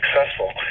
successful